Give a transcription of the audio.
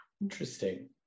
Interesting